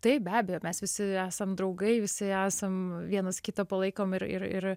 taip be abejo mes visi esam draugai visi esam vienas kitą palaikom ir ir ir